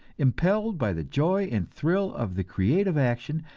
impelled by the joy and thrill of the creative action,